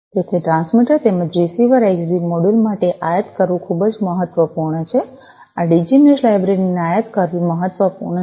તેથી ટ્રાન્સમીટર તેમજ receiver XBee મોડ્યુલો માટે આયાત કરવું ખૂબ જ મહત્વપૂર્ણ છે આ ડીજી મેશ લાઇબ્રેરી ને આયાત કરવી મહત્વપૂર્ણ છે